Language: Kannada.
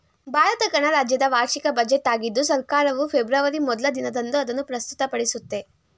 ಭಾರತ ಗಣರಾಜ್ಯದ ವಾರ್ಷಿಕ ಬಜೆಟ್ ಆಗಿದ್ದು ಸರ್ಕಾರವು ಫೆಬ್ರವರಿ ಮೊದ್ಲ ದಿನದಂದು ಅದನ್ನು ಪ್ರಸ್ತುತಪಡಿಸುತ್ತೆ